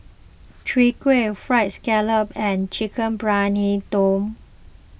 Chwee Kueh Fried Scallop and Chicken Briyani Dum